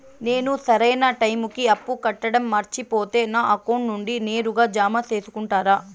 నేను సరైన టైముకి అప్పు కట్టడం మర్చిపోతే నా అకౌంట్ నుండి నేరుగా జామ సేసుకుంటారా?